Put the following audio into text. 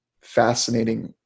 fascinating